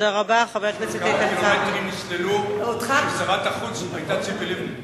כמה קילומטרים נסללו כששרת החוץ היתה ציפי לבני?